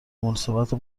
مناسبت